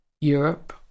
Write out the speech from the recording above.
Europe